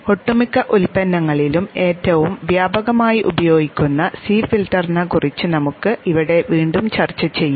ഒട്ടുമിക്ക ഉൽപ്പന്നങ്ങളിലും ഏറ്റവും വ്യാപകമായി ഉപയോഗിക്കുന്ന C ഫിൽട്ടറിനെ കുറിച്ച് നമുക്ക് ഇവിടെ വീണ്ടും ചർച്ച ചെയ്യാം